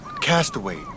Castaway